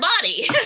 body